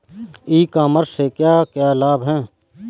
ई commerce से क्या क्या लाभ हैं?